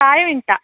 താഴെ വീണിട്ടാ